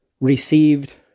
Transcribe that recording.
received